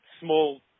small